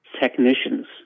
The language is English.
technicians